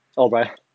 oh bryan